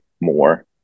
more